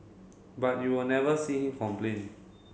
but you will never see him complain